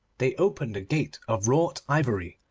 they opened a gate of wrought ivory,